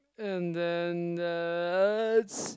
and then uh that's